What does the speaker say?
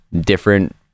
different